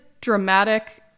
dramatic